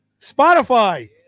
Spotify